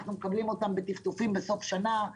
אנחנו מקבלים אותם בטפטופים בסוף שנה.